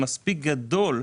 מספיק גדול,